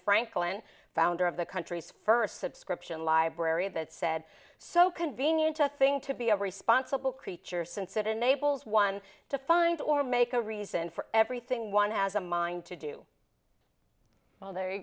franklin founder of the country's first subscription library that said so convenient a thing to be a responsible creature since it enables one to find or make a reason for everything one has a mind to do well there you